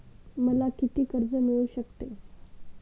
मला किती कर्ज मिळू शकते?